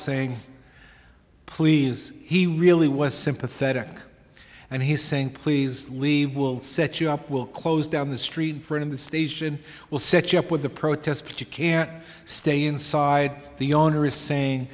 saying please he really was sympathetic and he's saying please leave will set you up we'll close down the street for in the station will set you up with a protest but you can't stay inside the owner is saying